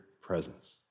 presence